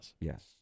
Yes